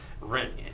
rent